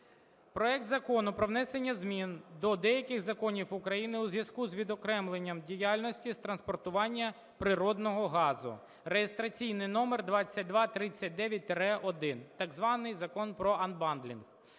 Проект Закону про внесення змін до деяких законів України у зв'язку з відокремленням діяльності з транспортування природного газу (реєстраційний номер (2239-1), так званий закон про анбандлінг,